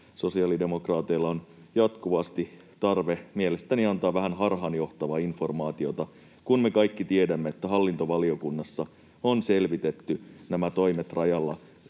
sosiaalidemokraateilla on mielestäni jatkuvasti tarve antaa vähän harhaanjohtavaa informaatiota, kun me kaikki tiedämme, että hallintovaliokunnassa on selvitetty nämä toimet rajalla.